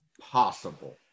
possible